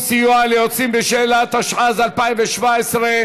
סיוע ליוצאים בשאלה), התשע"ז 2017,